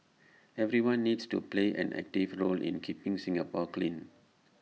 everyone needs to play an active role in keeping Singapore clean